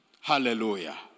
Hallelujah